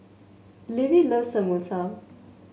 Levie loves Samosa